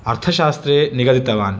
अर्थशास्त्रे निगदितवान्